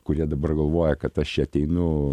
kurie dabar galvoja kad aš čia ateinu